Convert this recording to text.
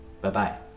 bye-bye